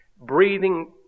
breathing